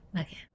okay